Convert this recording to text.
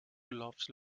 laughs